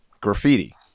graffiti